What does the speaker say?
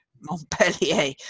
Montpellier